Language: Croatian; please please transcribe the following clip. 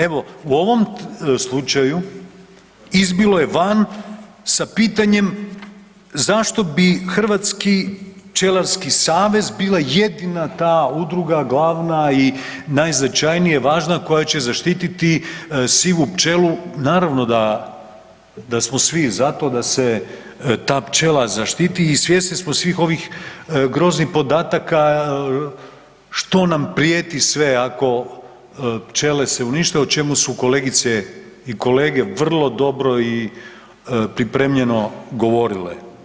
Evo u ovom slučaju izbilo je van sa pitanjem zašto bi Hrvatski pčelarski savez bila jedina ta udruga glavna i najznačajnije važna koja će zaštititi sivu pčelu, naravno da, da smo svi za to da se ta pčela zaštiti i svjesni smo svih ovih groznih podataka što nam prijeti sve ako pčele se unište, o čemu su kolegice i kolege vrlo dobro i pripremljeno govorile.